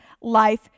life